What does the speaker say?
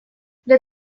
для